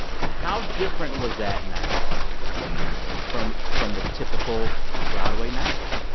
how different was that night from from the typical broadway night?